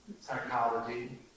psychology